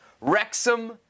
Wrexham